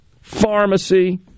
pharmacy